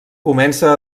comença